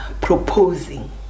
proposing